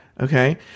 okay